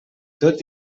tot